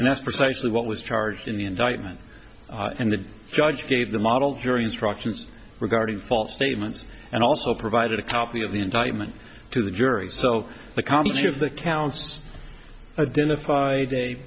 and that's precisely what was charged in the indictment and the judge gave the model jury instructions regarding false statements and also provided a copy of the indictment to the jury so the contents of the counts identified a